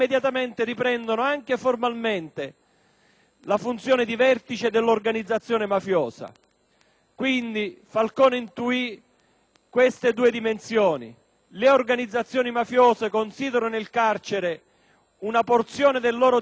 la funzione di vertice dell'organizzazione mafiosa. Falcone intuì queste due dimensioni: le organizzazioni mafiose considerano il carcere una porzione del loro territorio su cui imporre il loro dominio